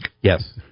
Yes